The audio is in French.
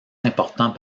importants